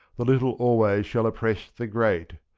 the little always shall oppress the great,